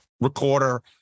recorder